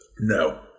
No